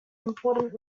important